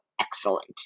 excellent